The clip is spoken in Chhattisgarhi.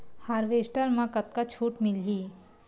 हारवेस्टर म कतका छूट मिलही?